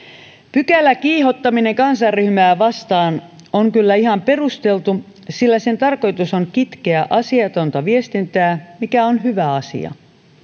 pykälä kiihottaminen kansanryhmää vastaan on kyllä ihan perusteltu sillä sen tarkoitus on kitkeä asiatonta viestintää mikä on hyvä asia